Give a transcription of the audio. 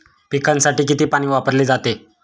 पिकांसाठी किती पाणी वापरले जाते?